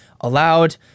allowed